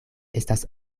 estas